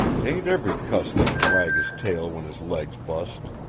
tain't every cuss that can wag his tail when his leg's bust.